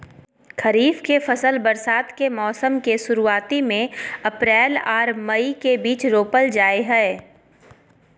खरीफ के फसल बरसात के मौसम के शुरुआती में अप्रैल आर मई के बीच रोपल जाय हय